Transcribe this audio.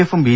എഫും ബി